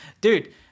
Dude